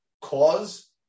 cause